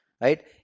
right